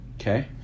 Okay